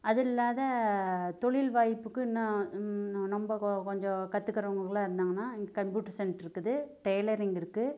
அது இல்லாத தொழில் வாய்ப்புக்கு இன்னும் நம்ம கொ கொஞ்சம் கத்துக்கிறவங்கள்லாம் இருந்தாங்கன்னா இங்கே கம்ப்யூட்டர் சென்டர் இருக்குது டைலரிங் இருக்குது